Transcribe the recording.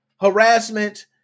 harassment